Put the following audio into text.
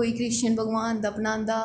कोई कृष्ण भगवान दा बनांदा